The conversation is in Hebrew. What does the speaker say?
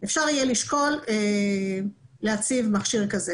אפשר יהיה לשקול להציב מכשיר כזה.